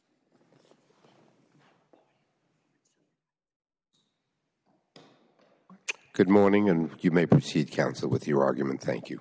good morning and you may proceed counsel with your argument thank you